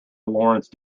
lawrence